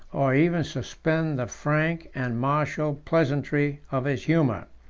or even suspend the frank and martial pleasantry of his humor.